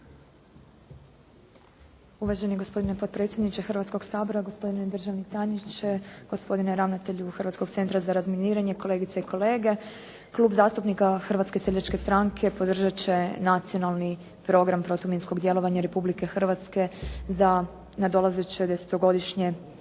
Uvaženi gospodine potpredsjedniče Hrvatskog sabora, gospodine državni tajniče, gospodine ravnatelju Hrvatskog centra za razminitranje, kolegice i kolege. Klub zastupnika Hrvatske seljačke stranke podržat će Nacionalni program protuminskog djelovanja Republike Hrvatske za nadolazeće desetogodišnje